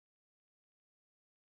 cardboard ah oh okay